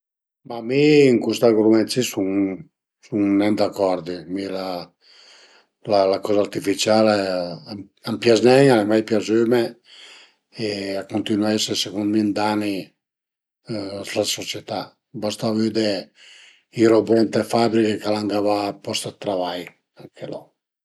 Ma mi ën cust argument si sun nen d'acordi, mi la la coza artificiale a m'pias nen, al e mai piazüme e a cuntinua a ese secund mi ün dani s'la società, basta vëde i robot ën le fabriche ch'al a gavà dë post dë travai, anche lon